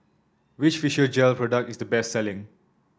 which Physiogel product is the best selling